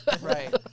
Right